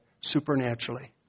supernaturally